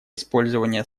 использования